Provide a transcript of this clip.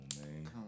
man